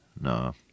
No